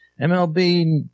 MLB